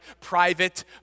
private